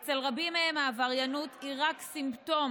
אצל רבים מהם העבריינות היא רק סימפטום